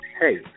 Hey